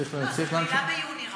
צריכים, ביוני רק.